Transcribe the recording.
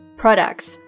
products